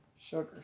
sugar